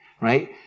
right